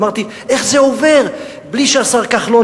אמרתי: איך זה עובר בלי שהשר כחלון,